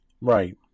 right